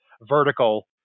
vertical